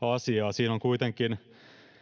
asiaa siinä on kuitenkin